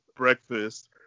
breakfast